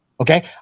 Okay